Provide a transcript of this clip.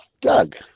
Doug